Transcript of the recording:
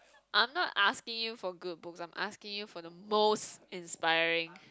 I'm not asking you for good books I'm asking you for the most inspiring